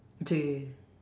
okay